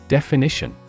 Definition